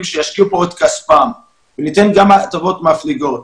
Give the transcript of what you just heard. שישקיעו פה את כספם ולתת גם הטבות מפליגות